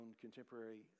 contemporary